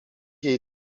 jej